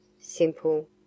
simple